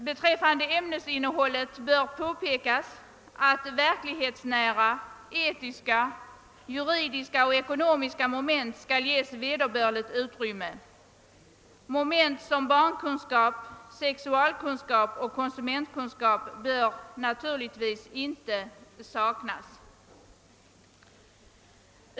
Beträf fande ämnets innehåll bör påpekas att verklighetsnära, etiska, juridiska och ekonomiska moment skall ges vederbörligt utrymme. Moment som barnkunskap, sexualkunskap och konsumentkunskap bör naturligtvis inte heller saknas.